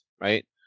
right